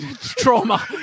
trauma